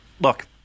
Look